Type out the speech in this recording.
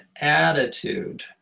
attitude